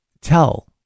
tell